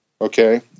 Okay